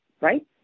right